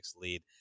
lead